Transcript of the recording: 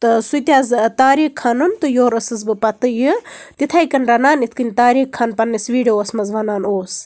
تہٕ سُہ تہِ حظ طاریق خانُن تہٕ یورٕ ٲسٕس بہٕ پَتہٕ یہِ تِتھے کَنۍ رَنان یِتھ کَنۍ طاریق خان پَنٕنِس ویٖڈیوَس منٛز وَنان اوس